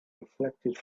reflected